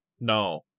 No